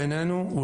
בעינינו,